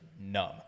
numb